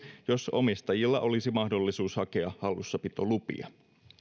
jos omistajilla olisi mahdollisuus hakea hallussapitolupia